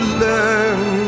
learn